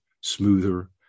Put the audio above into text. smoother